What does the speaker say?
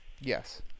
Yes